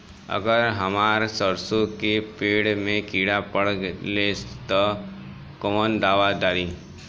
अगर हमार सरसो के पेड़ में किड़ा पकड़ ले ता तऽ कवन दावा डालि?